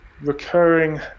recurring